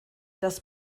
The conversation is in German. das